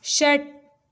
षट्